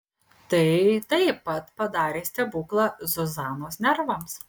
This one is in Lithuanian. tai taip pat padarė stebuklą zuzanos nervams